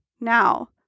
now